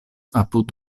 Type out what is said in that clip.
apud